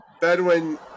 Bedouin